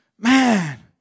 man